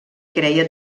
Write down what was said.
creia